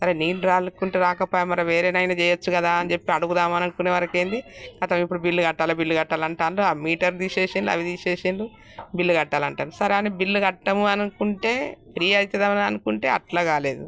అరే నీళ్ళు రాకుంటే రాకపోయే మరి వేరే అయినా చేయొచ్చు కదా అని చెప్పి అడుగుదామనుకునే వరకు ఏమిటి ఖతం ఇప్పుడు బిల్లు కట్టాలి బిల్లు కట్టాలి అంటున్నారు ఆ మీటరు తీసేశారు అవి తీసేశారు బిల్లు కట్టాలి అని అంటున్నారు సరే అని బిల్లు కట్టము అనుకుంటే ఫ్రీ అవుతుందేమో అనుకుంటే అట్ల కాలేదు